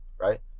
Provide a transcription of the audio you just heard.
Right